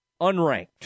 unranked